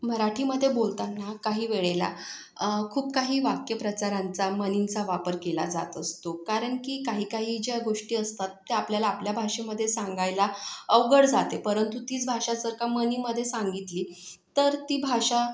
मराठीमध्ये बोलताना काही वेळेला खूप काही वाक्यप्रचारांचा म्हणींचा वापर केला जात असतो कारण की काही काही ज्या गोष्टी असतात त्या आपल्याला आपल्या भाषेमध्ये सांगायला अवघड जाते परंतु तीच भाषा जर का म्हणीमध्ये सांगितली तर ती भाषा